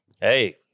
Hey